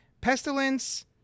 Pestilence